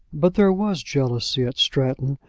but there was jealousy at stratton,